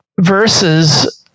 versus